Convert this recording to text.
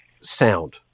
sound